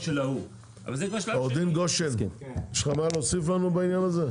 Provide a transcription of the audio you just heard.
עורך דין גושן, יש לך מה להוסיף לנו בעניין הזה?